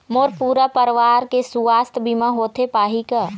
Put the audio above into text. मोर पूरा परवार के सुवास्थ बीमा होथे पाही का?